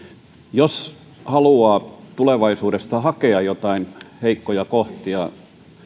jos haluaa tulevaisuudesta hakea joitain heikkoja kohtia